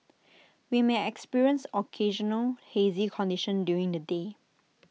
we may experience occasional hazy conditions during the day